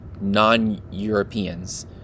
non-europeans